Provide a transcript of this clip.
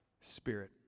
Spirit